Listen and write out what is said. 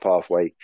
pathway